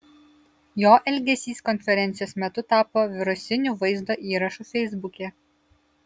jo elgesys konferencijos metu tapo virusiniu vaizdo įrašu feisbuke